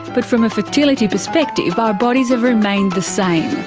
but from a fertility perspective our bodies have remained the same.